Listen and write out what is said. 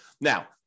Now